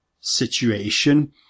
situation